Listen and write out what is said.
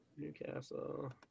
Newcastle